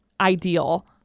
ideal